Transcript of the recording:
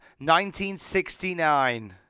1969